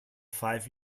five